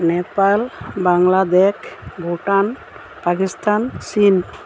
নেপাল বাংলাদেশ ভূটান পাকিস্তান চীন